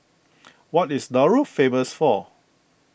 what Is Nauru famous for